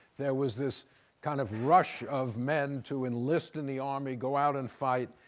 there was this kind of rush of men to enlist in the army, go out and fight.